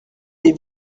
des